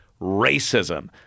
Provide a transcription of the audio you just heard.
racism